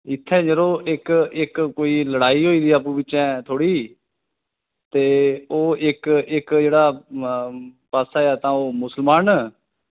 इत्थें यरो इक्क कोई लड़ाई होई दी आपूं बिचें थोह्ड़ी ते ओह् इक्क जेह्ड़ा जेह्ड़ा इक्क पास्सा ते ओह् मुसलमान